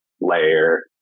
layer